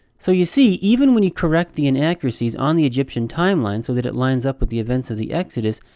so you see, even when you correct the inaccuracies on the egyptian timeline so that it lines up with the events of the exodus,